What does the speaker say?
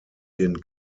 den